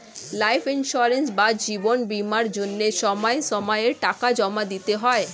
life insurance বা জীবন বীমার জন্য সময় সময়ে টাকা জমা দিতে হয়